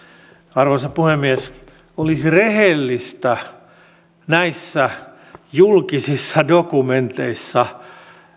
arvoisa puhemies olisi rehellistä näissä julkisissa dokumenteissa